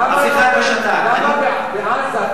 למה בעזה,